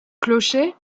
clocher